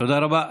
תודה רבה.